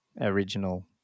original